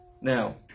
Now